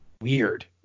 weird